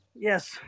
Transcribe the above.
Yes